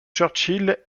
churchill